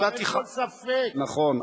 אבל אין כל ספק, נכון.